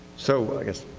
so, i guess,